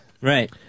Right